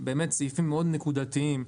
סעיפים מאוד נקודתיים,